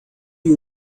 you